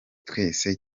twese